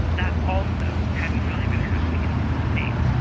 that also hadn't really been happening in the states.